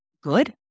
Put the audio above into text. good